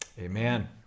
Amen